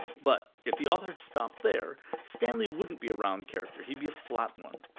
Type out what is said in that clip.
but, if the author had stopped there, stanley wouldn't be a round character he'd be a flat one.